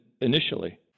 initially